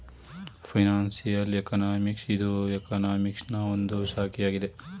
financial economics ಇದು ಎಕನಾಮಿಕ್ಸನಾ ಒಂದು ಶಾಖೆಯಾಗಿದೆ